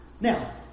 Now